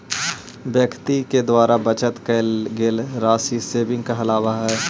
व्यक्ति के द्वारा बचत कैल गेल राशि सेविंग कहलावऽ हई